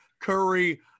Curry